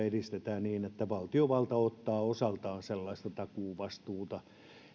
edistetään niin että valtiovalta ottaa osaltaan sellaista takuuvastuuta